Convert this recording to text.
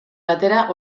batera